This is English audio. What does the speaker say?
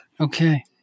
Okay